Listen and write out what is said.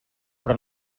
però